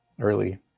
early